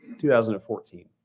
2014